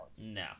No